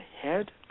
head